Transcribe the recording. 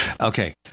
Okay